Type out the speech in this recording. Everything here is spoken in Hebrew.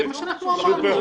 זה מה שאנחנו אמרנו.